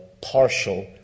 partial